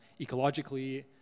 ecologically